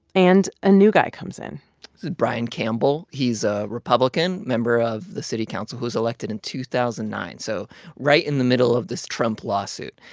and a new guy comes in this is brian campbell. he's a republican member of the city council who was elected in two thousand and nine so right in the middle of this trump lawsuit.